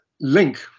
link